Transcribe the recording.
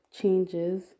changes